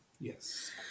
Yes